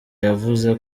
yavuze